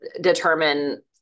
determine